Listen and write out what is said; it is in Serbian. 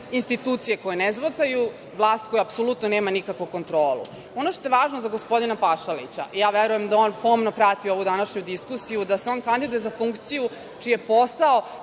institucije koje ne zvocaju, vlast koja apsolutno nema nikakvu kontrolu. Ono što je važno za gospodina Pašalića, ja verujem da on pomno prati ovu današnju diskusiju, da se on kandiduje za funkciju čiji je posao